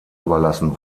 überlassen